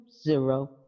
zero